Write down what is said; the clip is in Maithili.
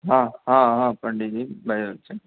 हँ हँ पण्डिजी बाजि रहल छी